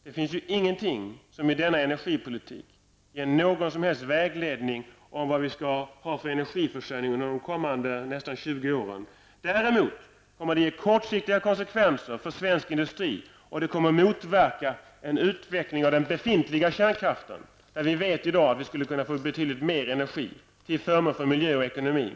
Det finns ingenting i denna energipolitik som ger någon som helst vägledning om vad vi skall ha för energiförsörjning under de kommande nästan 20 åren. Det kommer däremot att ge kortsiktiga konsekvenser för svensk industri. Det kommer att motverka en utveckling av den befintliga kärnkraften. Där vet vi i dag att vi skulle kunna få ut betydligt mer energi till förmån för miljön och ekonomin.